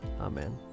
Amen